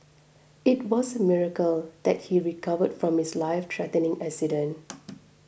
it was a miracle that he recovered from his lifethreatening accident